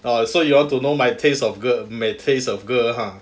oh so you want to know my tastes of girl my taste of girl !huh!